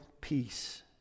peace